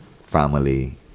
family